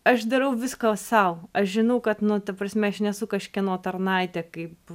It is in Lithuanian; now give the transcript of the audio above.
aš darau viską sau aš žinau kad nu ta prasme aš nesu kažkieno tarnaitė kaip